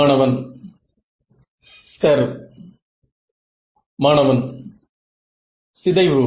மாணவன் ஸ்கர் மாணவன் சிதைவு